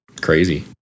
Crazy